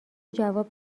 جواب